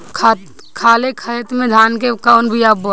खाले खेत में धान के कौन बीया बोआई?